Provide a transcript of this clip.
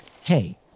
Hey